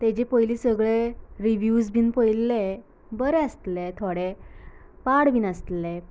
तेचे पयली सगळें रिव्ह्युवस बीन पळयल्लें बरें आसलें थोडे पाड बीन आसले